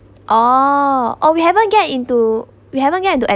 oh oh we haven't get into we haven't get into uh